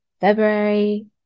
February